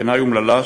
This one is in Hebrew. בעיני אומללה,